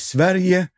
Sverige